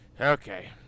Okay